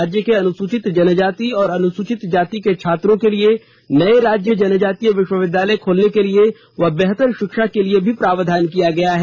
राज्य के अनुसूचित जनजाति और अनुसूचित जाति के छात्रों के लिए नए राज्य जनजातीय विश्वविद्यालय खोलने के लिए व बेहतर शिक्षा के लिए भी प्रावधान किया गया है